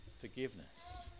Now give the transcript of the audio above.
forgiveness